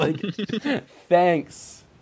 Thanks